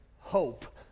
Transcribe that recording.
hope